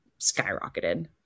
skyrocketed